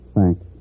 Thanks